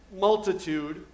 multitude